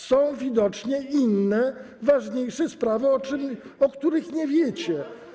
Są widocznie inne, ważniejsze sprawy, o których nie wiecie.